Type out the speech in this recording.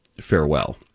farewell